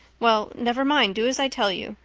well, never mind, do as i tell you.